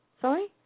Sorry